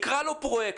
יקרא לו פרויקטור,